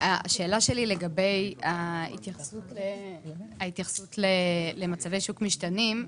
לגבי התייחסות למצבי שוק משתנים,